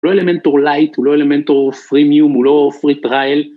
הןא לא אלמנטור לייט, הוא לא אלמנטור פרימיום, הוא לא פרי טריאל